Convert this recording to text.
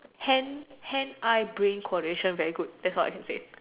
hand hand eye brain coordination very good that's what I can say